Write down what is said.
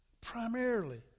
primarily